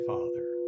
Father